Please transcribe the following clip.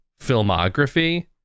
filmography